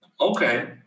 Okay